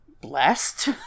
blessed